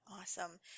awesome